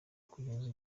kugeza